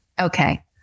Okay